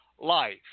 life